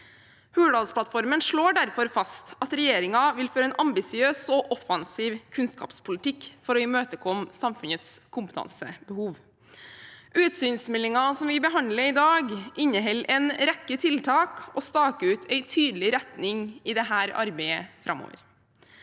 Hurdalsplattformen slår derfor fast at regjeringen vil føre en ambisiøs og offensiv kunnskapspolitikk for å imøtekomme samfunnets kompetansebehov. Utsynsmeldingen som vi behandler i dag, inneholder en rekke tiltak og staker ut en tydelig retning i dette arbeidet framover.